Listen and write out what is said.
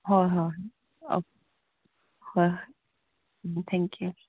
ꯍꯣꯏ ꯍꯣꯏ ꯍꯣꯏ ꯍꯣꯏ ꯎꯝ ꯊꯦꯡꯛ ꯌꯨ